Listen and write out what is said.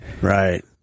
Right